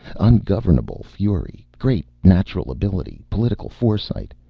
ungovernable fury great natural ability, political foresight,